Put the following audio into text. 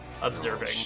observing